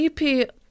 EP